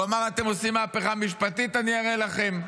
הוא אמר: אתם עושים מהפכה משפטית, אני אראה לכם.